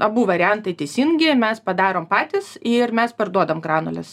abu variantai teisingi mes padarom patys ir mes parduodam granules